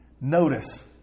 Notice